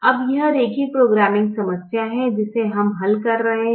अब यह रैखिक प्रोग्रामिंग समस्या है जिसे हम हल कर रहे हैं